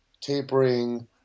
tapering